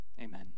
amen